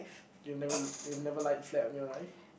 you've never you've never lied flat on your life